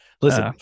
Listen